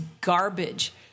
garbage